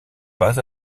pas